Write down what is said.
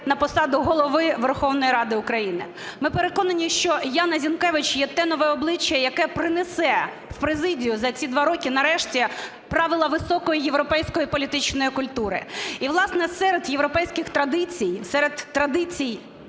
на посаду Голови Верховної Ради України. Ми переконані, що Яна Зінкевич є те нове обличчя, яке принесе в президію за ці два роки нарешті правила високої європейської політичної культури. І, власне, серед європейських традицій, серед традицій